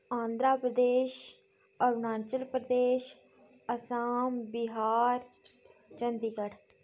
Andhra Pradesh Arunachal Pradesh Assam Bihar Chandigarh